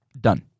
done